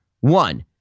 One